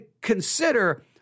consider